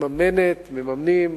מממנים,